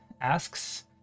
asks